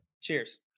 Cheers